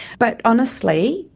but honestly,